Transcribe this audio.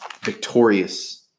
victorious